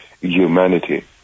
humanity